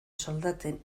soldaten